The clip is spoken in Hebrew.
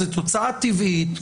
זאת תוצאה טבעית.